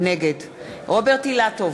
נגד רוברט אילטוב,